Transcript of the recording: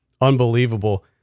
unbelievable